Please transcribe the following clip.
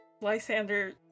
Lysander